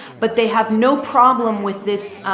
but they have no problem with this,